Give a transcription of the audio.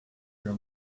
your